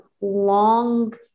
long